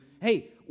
hey